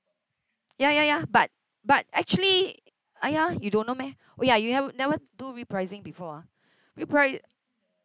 ya ya ya but but actually !aiya! you don't know meh oh you ha~ never do repricing before repri~